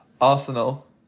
Arsenal